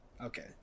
Okay